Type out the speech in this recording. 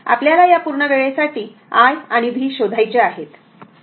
आपल्याला या पूर्ण वेळेसाठी i आणि v शोधायचे आहेत